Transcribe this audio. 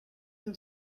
tym